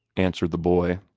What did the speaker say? answered the boy.